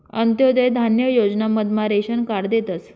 अंत्योदय धान्य योजना मधमा रेशन कार्ड देतस